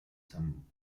san